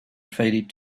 faded